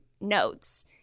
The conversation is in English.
notes